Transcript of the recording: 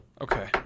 Okay